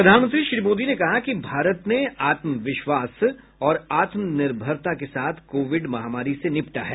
प्रधानमंत्री श्री मोदी ने कहा कि भारत ने आत्मविश्वास और आत्मनिर्भरता के साथ कोविड महामारी से निपटा है